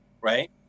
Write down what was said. right